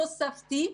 תוספתי,